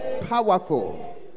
Powerful